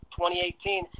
2018